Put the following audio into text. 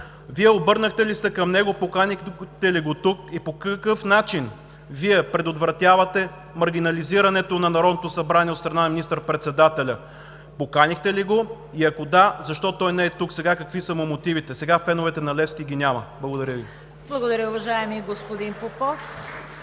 Вие обърнахте ли се към него, поканихте ли го тук и по какъв начин Вие предотвратявате маргинализирането на Народното събрание от страна на министър-председателя? Поканихте ли го и, ако да, защо той не е тук (шум и реплики) сега, какви са мотивите му? Сега феновете на „Левски“ ги няма. Благодаря Ви. (Ръкопляскания от